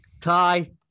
Tie